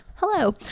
hello